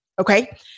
Okay